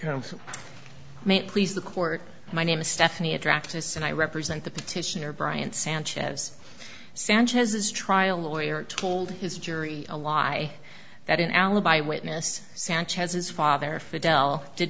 it please the court my name is stephanie attractive and i represent the petitioner brian sanchez sanchez his trial lawyer told his jury a lie that an alibi witness sanchez's father fidel did